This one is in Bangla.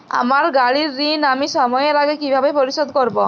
আমার গাড়ির ঋণ আমি সময়ের আগে কিভাবে পরিশোধ করবো?